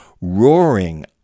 roaring